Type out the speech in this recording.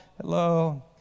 Hello